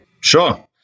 Sure